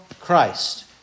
Christ